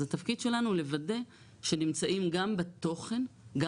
אז התפקיד שלנו לוודא שנמצאים גם בתוכן גם